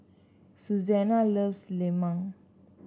Susanna loves lemang